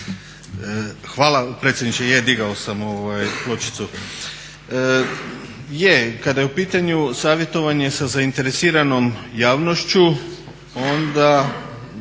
Hvala predsjedniče. Je, digao sam pločicu. Kada je u pitanju savjetovanje sa zainteresiranom javnošću onda